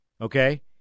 okay